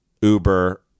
Uber